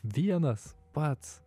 vienas pats